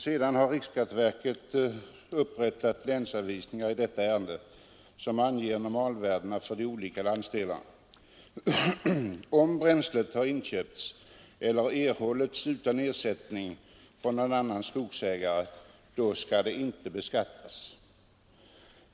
Sedan har riksskatteverket upprättat länsanvisningar, som anger normalvärdet i olika landsdelar. Om bränslet har inköpts eller erhållits utan ersättning från någon annan skogsägare skall det inte beskattas.